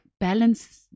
balance